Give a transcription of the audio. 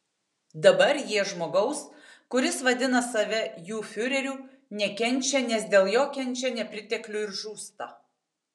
dabar jie žmogaus kuris vadina save jų fiureriu nekenčia nes dėl jo kenčia nepriteklių ir žūsta